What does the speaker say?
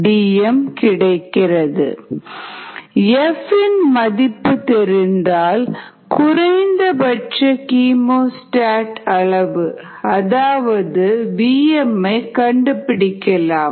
43h Fன் மதிப்பு தெரிந்தால் குறைந்தபட்ச கீமோஸ்டாட் அளவு அதாவது Vm மை கண்டுபிடிக்கலாம்